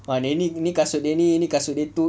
ah ni kasut dia ni ni kasut dia tu